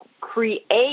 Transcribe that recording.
create